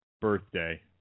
birthday